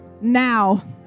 now